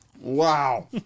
Wow